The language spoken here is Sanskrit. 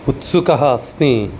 उत्सुकः अस्मि